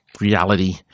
reality